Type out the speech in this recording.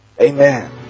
Amen